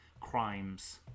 crimes